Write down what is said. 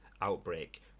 Outbreak